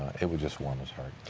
it would just warm his heart.